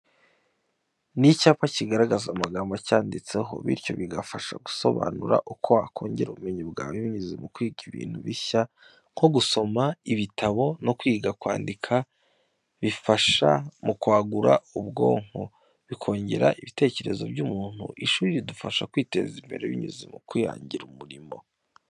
Ni icyapa kigaragaza amagambo acyanditseho, bityo bigafasha gusobanura uko wakongera ubumenyi bwawe binyuze mu kwiga ibintu bishya nko gusoma ibitabo no kwiga kwandika bifasha mu kwagura ubwonko, bikongera ibitekerezo by'umuntu. Ishuri ridufasha kwiteza imbere binyuze mu kwihangira umurimo.